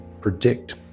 predict